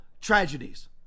tragedies